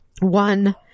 One